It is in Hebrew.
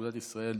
אגודת ישראל,